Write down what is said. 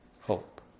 hope